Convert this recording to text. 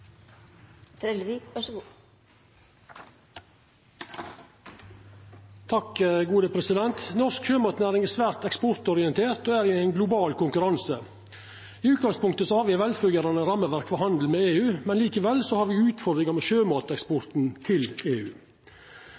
er del av ein global konkurranse. I utgangspunktet har me eit velfungerande rammeverk for handel med EU, men likevel har me utfordringar med sjømateksporten til EU.